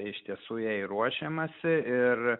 iš tiesų jai ruošiamasi ir